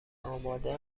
آماده